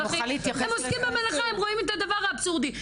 הם עוסקים במלאכה, הם רואים את הדבר האבסורדי.